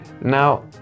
Now